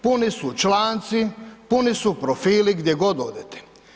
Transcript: Puni su članci, puni su profili gdje god odete.